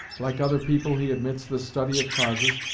like other people he admits the study of causes,